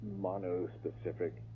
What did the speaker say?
mono-specific